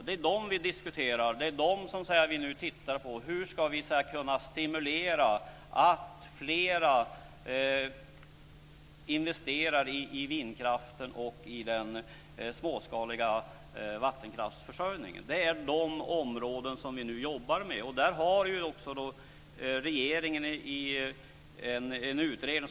Det är dem vi diskuterar, och vi ser på hur vi kan stimulera att fler investerar i vindkraften och i den småskaliga vattenkraftsförsörjningen. Det är de områden vi nu jobbar med. Där har regeringen en utredning.